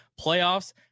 playoffs